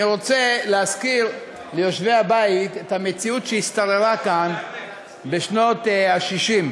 אני רוצה להזכיר ליושבי הבית את המציאות ששררה כאן בשנות ה-60.